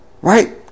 Right